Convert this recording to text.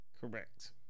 Correct